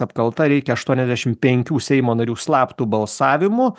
apkalta reikia aštuoniasdešim penkių seimo narių slaptu balsavimu